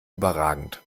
überragend